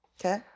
Okay